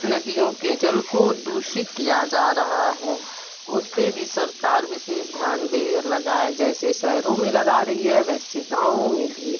नदियों के जल को दूषित किया जा रहा है उस पर भी सरकार विशेष ध्यान दे और लगाए जैसे शहरों में लगा रही है वैसे गाँव में भी